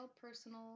personal